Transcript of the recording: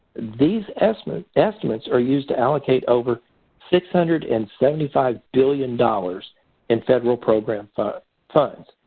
these estimates estimates are used to allocate over six hundred and seventy five billion dollars in federal program funds.